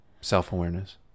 self-awareness